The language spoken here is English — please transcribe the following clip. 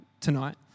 tonight